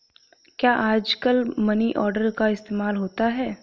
क्या आजकल money order का इस्तेमाल होता है?